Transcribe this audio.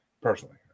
personally